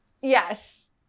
Yes